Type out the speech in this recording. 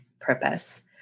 purpose